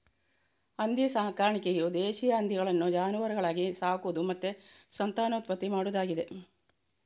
ಹಂದಿ ಸಾಕಾಣಿಕೆಯು ದೇಶೀಯ ಹಂದಿಗಳನ್ನ ಜಾನುವಾರುಗಳಾಗಿ ಸಾಕುದು ಮತ್ತೆ ಸಂತಾನೋತ್ಪತ್ತಿ ಮಾಡುದಾಗಿದೆ